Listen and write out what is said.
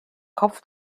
kopf